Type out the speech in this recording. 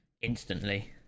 instantly